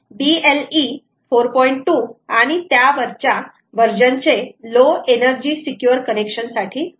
2 आणि त्यावरच्या वर्जन चे लो एनर्जी सिक्युअर कनेक्शन साठी ओळखले जाते